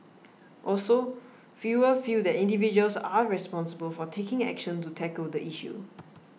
also fewer feel that individuals are responsible for taking action to tackle the issue